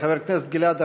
חבר הכנסת גלעד ארדן,